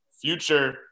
future –